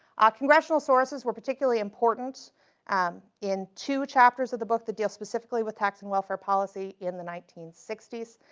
ah congressional sources were particularly important um in two chapters of the book that deal with tax and welfare policies in the nineteen sixty s.